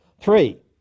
Three